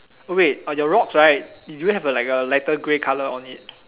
oh wait on your rocks right do you have a like a lighter grey color on it